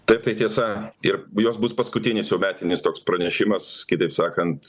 taip tai tiesa ir jos bus paskutinis jau metinis toks pranešimas kitaip sakant